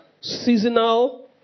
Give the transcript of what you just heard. seasonal